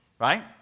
right